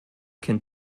kennt